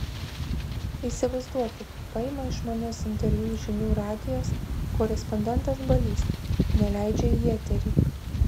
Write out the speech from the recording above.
įsivaizduokit paima iš manęs interviu žinių radijas korespondentas balys neleidžia į eterį